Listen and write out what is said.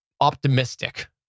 optimistic